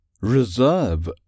Reserve